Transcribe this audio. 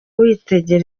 witegeye